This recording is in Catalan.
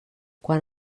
quan